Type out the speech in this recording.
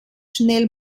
schnell